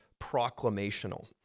proclamational